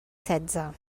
setze